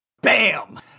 bam